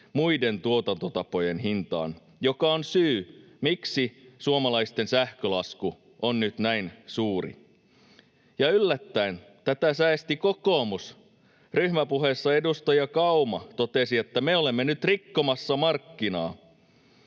muiden tuotantotapojen hintaan, joka on syy, miksi suomalaisten sähkölasku on nyt näin suuri. Ja yllättäen tätä säesti kokoomus — ryhmäpuheessa edustaja Kauma totesi, että me olemme nyt rikkomassa markkinaa,